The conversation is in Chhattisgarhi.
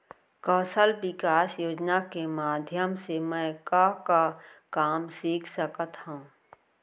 कौशल विकास योजना के माधयम से मैं का का काम सीख सकत हव?